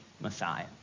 Messiah